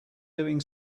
doing